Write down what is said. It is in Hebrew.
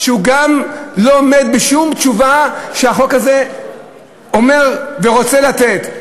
שהוא גם לא עומד בשום תשובה שהחוק הזה אומר ורוצה לתת.